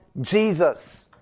Jesus